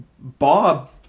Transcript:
Bob